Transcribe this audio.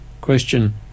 Question